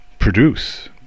produce